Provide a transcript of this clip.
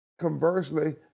conversely